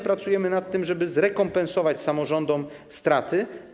Pracujemy nad tym, żeby zrekompensować samorządom straty.